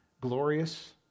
glorious